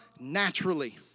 naturally